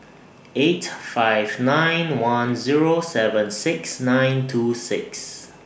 eight five nine one Zero seven six nine two six